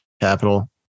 capital